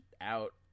out